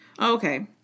Okay